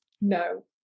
No